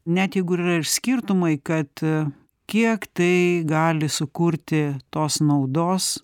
ne jeigu yra ir skirtumai kad kiek tai gali sukurti tos naudos